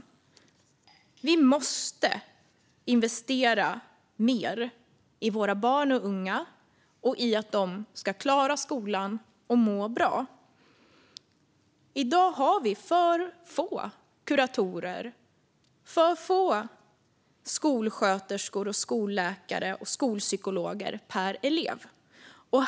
Vi måste investera mer i våra barn och unga och i att de ska klara skolan och må bra. I dag har vi för få kuratorer, skolsköterskor, skolläkare och skolpsykologer per elev.